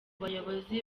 bayobozi